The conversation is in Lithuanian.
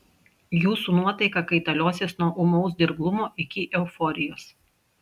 jūsų nuotaika kaitaliosis nuo ūmaus dirglumo iki euforijos